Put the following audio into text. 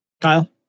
Kyle